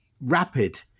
rapid